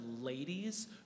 ladies